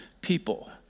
people